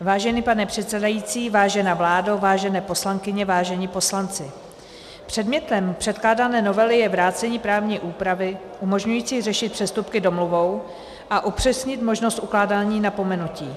Vážený pane předsedající, vážená vládo, vážené poslankyně, vážení poslanci, předmětem předkládané novely je vrácení právní úpravy umožňující řešit přestupky domluvou a upřesnit možnost ukládání napomenutí.